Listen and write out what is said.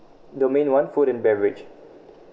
domain one food and beverage